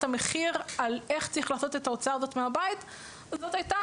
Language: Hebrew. המחיר על איך צריך לעשות את ההוצאה הזאת מהבית זאת הייתה